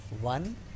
One